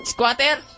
Squatter